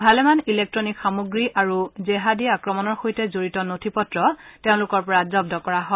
ভালেমান ইলেক্টনিক সামগ্ৰী আৰু জেহাদী আক্ৰমণৰ সৈতে জড়িত নথিপত্ৰ তেওঁলোকৰ পৰা জব্দ কৰা হয়